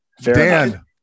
Dan